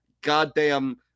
goddamn